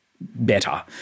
better